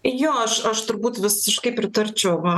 jo aš aš turbūt visiškai pritarčiau